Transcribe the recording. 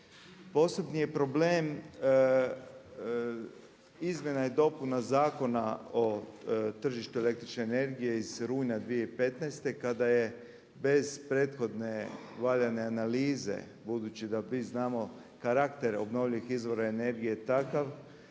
Posebni je problem izmjena i dopuna Zakona o tržištu električne energije iz rujna 2015. kada je bez prethodne valjane analize, budući da mi znamo karakter obnovljivih izvora energije je takav